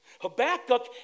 Habakkuk